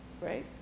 right